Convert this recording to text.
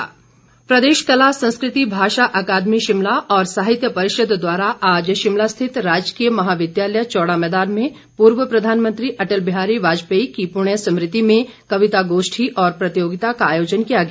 वीरेन्द्र कंवर प्रदेश कला संस्कृति भाषा अकादमी शिमला और साहित्य परिषद द्वारा आज शिमला स्थित राजकीय महाविद्यालय चौड़ा मैदान में पूर्व प्रधानमंत्री अटल बिहारी वाजपेयी की पुण्य स्मृति में कविता गोष्ठी और प्रतियोगिता का आयोजन किया गया